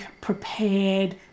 prepared